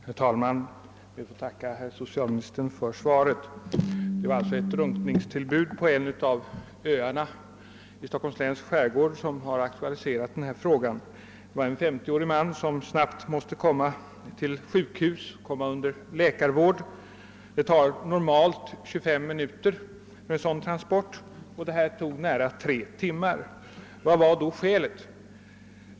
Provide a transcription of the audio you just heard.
Herr talman! Jag tackar socialministern för svaret. Ett drunkningstillbud på en av öarna i Stockholms skärgård har aktualiserat denna fråga. En 50-årig man måste snabbt komma till sjukhus och få läkarvård. Normalt tar en sådan transport 25 minuter, men denna tog tre timmar. Vad var då orsaken härtill?